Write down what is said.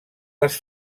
les